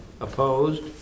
Opposed